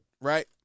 right